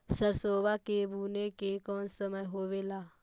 सरसोबा के बुने के कौन समय होबे ला?